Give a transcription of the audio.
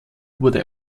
wurde